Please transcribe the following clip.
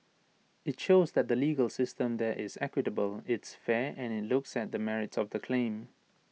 IT shows that the legal system there is equitable it's fair and IT looks at the merits of the claim